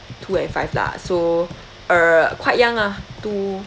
two and five lah so err quite young ah two